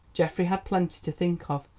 geoffrey had plenty to think of,